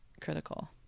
critical